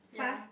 ya